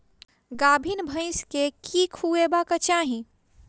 गाभीन भैंस केँ की खुएबाक चाहि?